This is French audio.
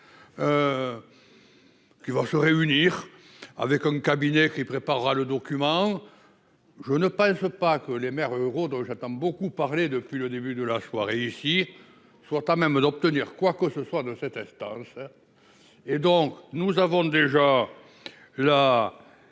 Qui vont se réunir avec un cabinet qui préparera le document. Je ne pas il ne veut pas que les maires euros donc j'attends beaucoup parlé depuis le début de la fois réussir. Soit pas même d'obtenir quoi que ce soit de cette instance. Et donc nous avons déjà.